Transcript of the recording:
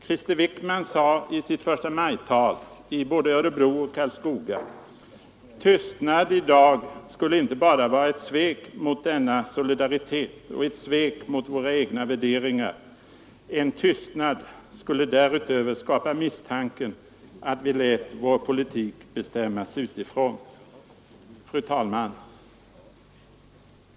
Krister Wickman sade i sitt förstamajtal i både Örebro och Karlskoga: Tystnad i dag skulle inte bara vara ett svek mot denna solidaritet och ett svek mot våra egna värderingar. En tystnad skulle därutöver skapa misstanken att vi lät vår politik bestämmas utifrån. Fru talman!